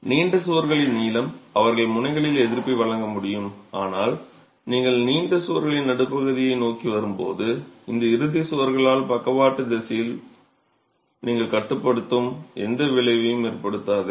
நீண்ட சுவர்களின் நீளம் அவர்கள் முனைகளில் எதிர்ப்பை வழங்க முடியும் ஆனால் நீங்கள் நீண்ட சுவர்களின் நடுப்பகுதியை நோக்கி வரும்போது இந்த இறுதி சுவர்களால் பக்கவாட்டு திசையில் நீங்கள் கட்டுப்படுத்தும் எந்த விளைவையும் ஏற்படுத்தாது